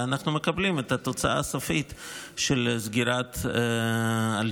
ואנחנו מקבלים את התוצאה הסופית של סגירת אל-ג'זירה.